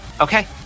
okay